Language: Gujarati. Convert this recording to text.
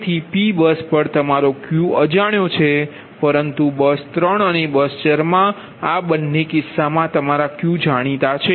તેથી P બસ પર તમારો Q અજાણ્યો છે પરંતુ બસ 3 અને બસ 4 આ બંને કિસ્સામા તમારા Q જાણીતા છે